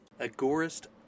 Agorist